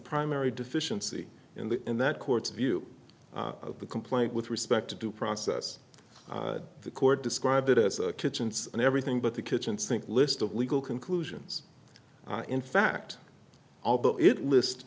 primary deficiency in the in that court's view of the complaint with respect to due process the court described it as kitchens and everything but the kitchen sink list of legal conclusions in fact although it list